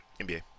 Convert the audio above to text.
NBA